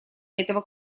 этого